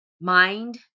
Mind